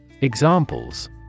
Examples